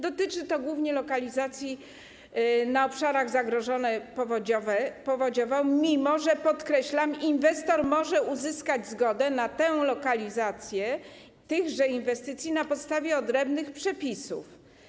Dotyczy to głównie lokalizacji na obszarach zagrożonych powodziami, mimo że - podkreślam - inwestor może uzyskać zgodę na tę lokalizację tychże inwestycji na podstawie odrębnych przepisów.